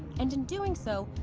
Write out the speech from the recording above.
and in doing so,